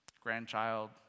grandchild